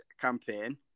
campaign